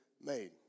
made